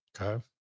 Okay